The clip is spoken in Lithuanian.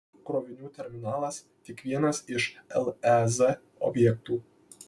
krovinių terminalas tik vienas iš lez objektų